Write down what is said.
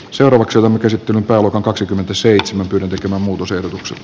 seuraavaksi omat esittelytaulua kaksikymmentäseitsemän pudotettava muutosehdotus